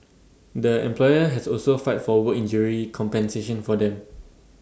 the employer has also filed for work injury compensation for them